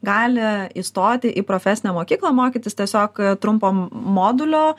gali įstoti į profesinę mokyklą mokytis tiesiog trumpo modulio